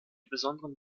besonderen